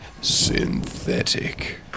synthetic